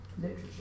literature